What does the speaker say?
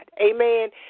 Amen